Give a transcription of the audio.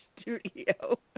studio